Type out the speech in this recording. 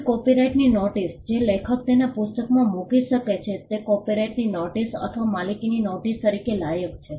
કોઈ કોપિરાઇટની નોટીસ જે લેખક તેના પુસ્તકમાં મૂકી શકે છે તે કોપિરાઇટની નોટીસ અથવા માલિકીની નોટીસ તરીકે લાયક છે